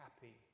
happy